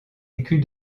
écus